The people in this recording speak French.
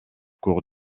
cours